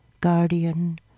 guardian